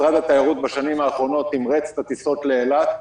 משרד התיירות בשנים האחרונות תמרץ את הטיסות לאילת.